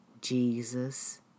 Jesus